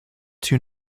two